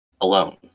alone